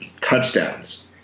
touchdowns